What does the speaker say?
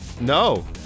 No